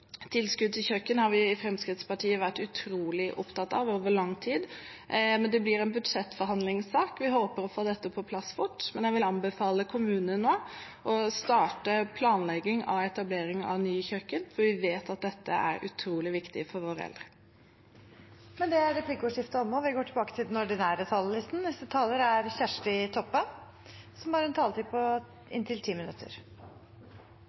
Tilskudd til kjøkken har vi i Fremskrittspartiet vært utrolig opptatt av over lang tid, men det blir en budsjettforhandlingssak. Vi håper å få dette på plass fort, men jeg vil anbefale kommunene nå å starte planleggingen av etablering av nye kjøkken. For vi vet at dette er utrolig viktig for våre eldre. Replikkordskiftet er omme For eit par dagar sidan fekk regjeringa ei offentleg utgreiing om forslag til prioriteringar i den kommunale helse- og omsorgstenesta og for offentleg finansierte tannhelsetenester. Ho har